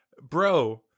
Bro